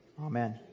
Amen